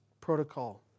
protocol